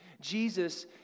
Jesus